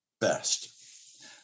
best